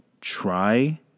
try